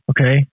Okay